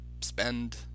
spend